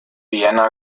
vienna